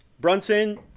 Brunson